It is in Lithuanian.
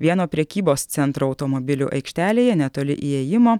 vieno prekybos centro automobilių aikštelėje netoli įėjimo